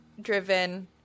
driven